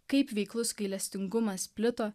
kaip veiklus gailestingumas plito